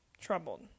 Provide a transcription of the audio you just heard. troubled